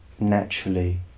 naturally